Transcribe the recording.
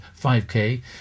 5K